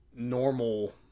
Normal